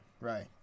right